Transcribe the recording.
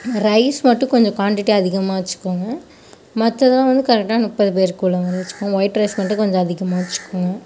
rice மட்டும் கொஞ்சம் quantity அதிகமாக வச்சிக்கோங்க மற்றதெல்லாம் வந்து கரெக்ட்டாக முப்பது பேருக்கு உள்ள மாதிரி வச்சுக்கோங்க ஒயிட் ரைஸ் மட்டும் கொஞ்சம் அதிகமாக வச்சுக்கோங்க